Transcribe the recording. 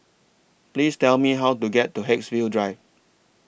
Please Tell Me How to get to Haigsville Drive